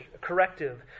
corrective